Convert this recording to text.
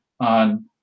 on